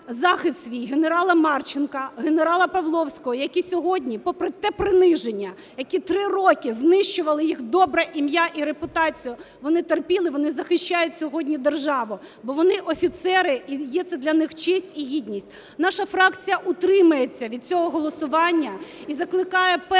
захист свій генерала Марченка, генерала Павловського, які сьогодні, попри те приниження, які три роки знищували їх добре ім'я і репутацію, вони терпіли, вони захищають сьогодні державу, бо вони офіцери, і є це для них честь, і гідність. Наша фракція утримається від цього голосування і закликає…